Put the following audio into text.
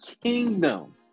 kingdom